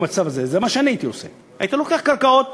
במצב הזה זה מה שאני הייתי עושה: הייתי לוקח קרקעות